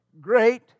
great